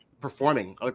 performing